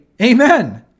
Amen